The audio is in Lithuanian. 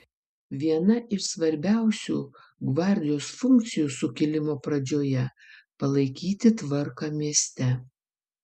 viena iš svarbiausių gvardijos funkcijų sukilimo pradžioje palaikyti tvarką mieste